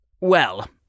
Well